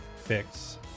Fix